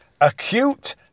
acute